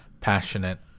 passionate